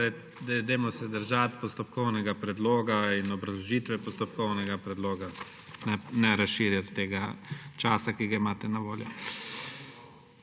dajmo se držati postopkovnega predloga in obrazložitve postopkovnega predloga. Ne razširjati tega časa, ki ga imate na voljo.